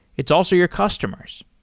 it's also your customers.